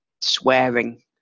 swearing